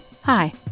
Hi